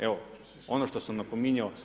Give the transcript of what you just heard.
Evo ono što sam napominjao.